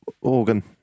organ